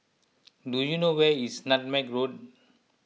do you know where is Nutmeg Road